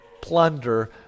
plunder